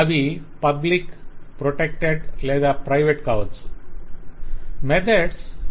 అవి public protected లేదా private public protected or private కావచ్చు